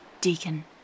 Deacon